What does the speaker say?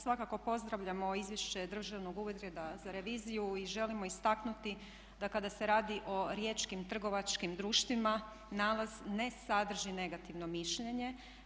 Svakako pozdravljamo Izvješće Državnog ureda za reviziju i želimo istaknuti, da kada se radi o riječkim trgovačkim društvima nalaz ne sadrži negativno mišljenje.